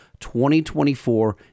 2024